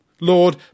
Lord